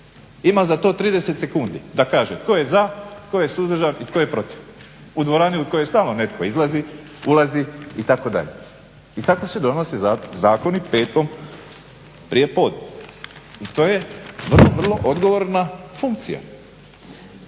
Ima za to 30 sekundi, da kaže tko je za, tko je suzdržan i tko je protiv. U dvorani u kojoj stalno netko izlazi, ulazi itd. I tako se donose zakoni petkom prije podne. I to je vrlo, vrlo odgovorna funkcija.